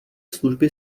služby